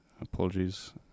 apologies